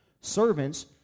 Servants